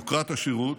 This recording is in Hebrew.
יוקרת השירות,